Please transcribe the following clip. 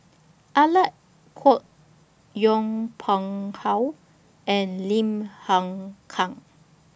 Alec Kuok Yong Pung How and Lim Hng Kiang